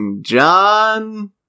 John